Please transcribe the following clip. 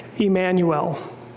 Emmanuel